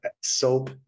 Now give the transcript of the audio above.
soap